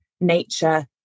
nature